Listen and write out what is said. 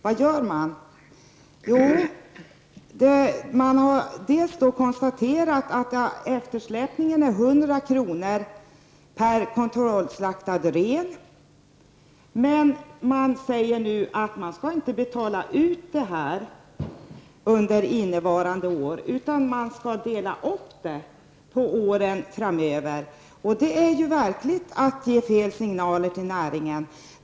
Jo, man har konstaterat att eftersläpningen är 100 kr. per kontrollslaktad ren. Men man säger nu att detta inte skall betalas ut under innevarande år, utan det skall delas upp på åren framöver. Det är ju verkligen att ge fel signaler till näringen.